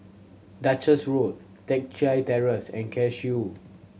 Duchess Road Teck Chye Terrace and Cashew